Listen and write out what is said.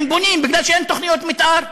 הם בונים מפני שאין תוכניות מתאר.